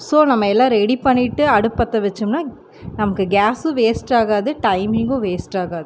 so நம்ம எல்லாம் ready பண்ணிவிட்டு அடுப்பு பற்ற வச்சோம்னா நமக்கு கேஸும் வேஸ்ட் ஆகாது டைமிங்கும் வேஸ்ட் ஆகாது